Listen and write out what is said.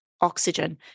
oxygen